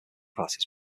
classes